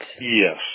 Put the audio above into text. Yes